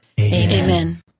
Amen